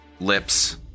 lips